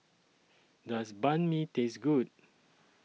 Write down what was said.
Does Banh MI Taste Good